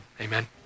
Amen